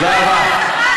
לך תבקר אותו, לך.